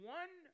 one